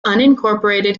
unincorporated